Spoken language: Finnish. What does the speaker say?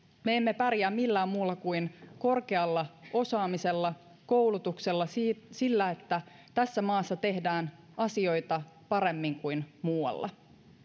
me emme pärjää millään muulla kuin korkealla osaamisella koulutuksella sillä että tässä maassa tehdään asioita paremmin kuin muualla